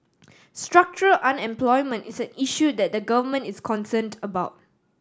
structural unemployment is an issue that the Government is concerned about